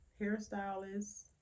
hairstylist